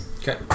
Okay